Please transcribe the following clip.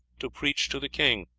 to preach to the king.